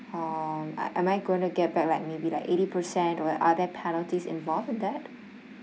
um am I going to get back like maybe like eighty percent or are there penalties involved with that